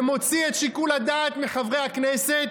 ומוציא את שיקול הדעת מחברי הכנסת.